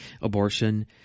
abortion